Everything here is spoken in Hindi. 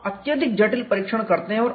आप अत्यधिक जटिल परीक्षण करते हैं